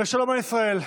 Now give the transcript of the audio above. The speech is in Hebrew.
ושלום על ישראל.